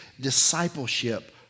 Discipleship